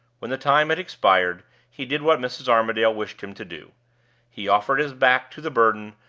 when the time had expired, he did what mrs. armadale wished him to do he offered his back to the burden,